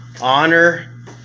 Honor